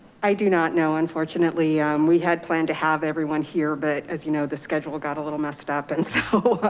i do not know. unfortunately we had planned to have everyone here, but as you know, the schedule got a little messed up and so,